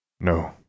No